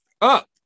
Up